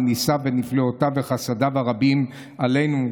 ניסיו ונפלאותיו וחסדיו הרבים עלינו.